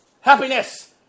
Happiness